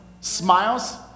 Smiles